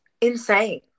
insane